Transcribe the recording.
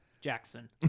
Jackson